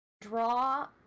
Draw